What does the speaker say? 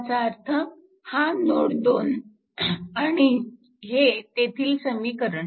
ह्याचा अर्थ हा नोड 2 आणि हे तेथील समीकरण